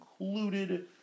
included